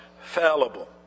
fallible